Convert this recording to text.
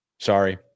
Sorry